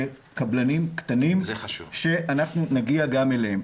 לקבלנים קטנים שאנחנו נגיע גם אליהם.